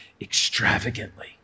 extravagantly